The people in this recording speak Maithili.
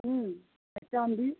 हूँ आओर चाँदी